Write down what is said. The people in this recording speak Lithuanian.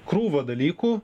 krūvą dalykų